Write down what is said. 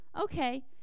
okay